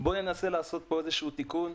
בוא ננסה לעשות פה איזשהו תיקון,